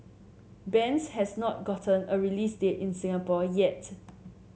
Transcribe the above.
bends has not gotten a release date in Singapore yet